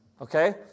Okay